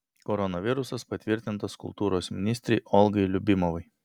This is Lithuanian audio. koronavirusas patvirtintas kultūros ministrei olgai liubimovai